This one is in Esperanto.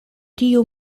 tiu